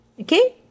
okay